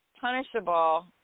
punishable